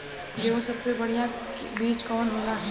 गेहूँक सबसे बढ़िया बिज कवन होला?